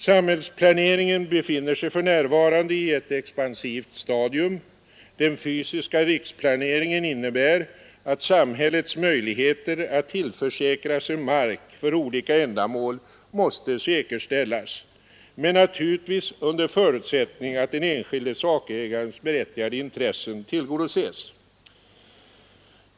Samhällsplaneringen befinner sig för närvarande i ett expansivt stadium. Den fysiska riksplaneringen innebär att samhällets möjligheter att tillförsäkra sig mark för olika ändamål måste säkerställas, men naturligtvis under förutsättning att den enskilde sakägarens berättigade intressen tillgodoses.